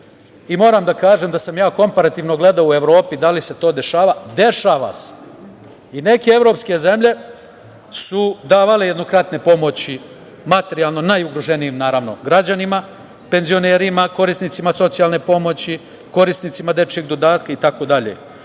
Moram da kažem da sam komparativno gledao u Evropi da li se to dešava, dešava se. Neke evropske zemlje su davale jednokratne pomoći materijalno najugroženijim građanima, penzionerima, korisnicima socijalne pomoći, korisnicima dečijeg dodatka itd.Međutim